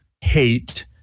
hate